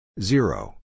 Zero